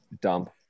dump